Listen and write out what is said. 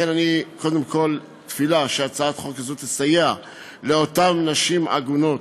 לכן אני קודם כול תפילה שהצעת החוק הזאת תסייע לאותן נשים עגונות,